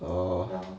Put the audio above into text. orh